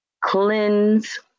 cleanse